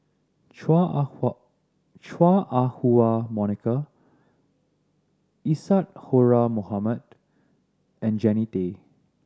Chua Ah Hua Chua Ah Huwa Monica Isadhora Mohamed and Jannie Tay